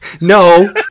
No